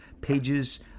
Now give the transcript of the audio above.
pages